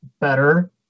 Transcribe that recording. better